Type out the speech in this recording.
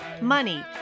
money